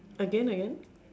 again again